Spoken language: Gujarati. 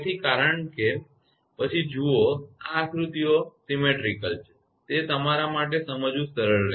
તેથી કારણ કે પછી જુઓ આ આકૃતિઓ સપ્રમાણિત છે તે તમારા માટે સમજવું સરળ રહેશે